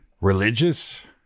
religious